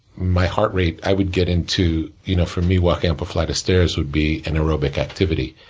my heartrate, i would get into you know for me, walking up a flight of stairs would be an aerobic activity.